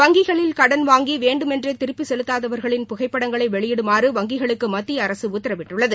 வங்கிகளில் கடன் வாங்கி வேண்டுமென்றே திருப்பி செலுத்தாதவர்களின் புகைப்படங்களை வெளியிடுமாறு வங்கிகளுக்கு மத்திய அரசு உத்தரவிட்டுள்ளது